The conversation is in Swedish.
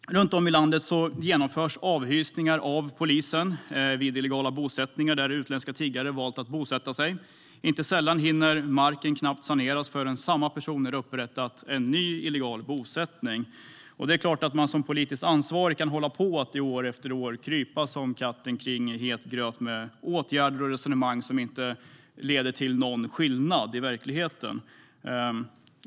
Runt om i landet genomför polisen avhysningar vid illegala bosättningar där utländska tiggare valt att bosätta sig. Inte sällan hinner marken knappt saneras förrän samma personer har upprättat en ny illegal bosättning. Det är klart att man som politiskt ansvarig år efter år kan hålla på och krypa som katten kring het gröt med åtgärder och resonemang som inte gör någon skillnad i verkligheten.